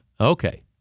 okay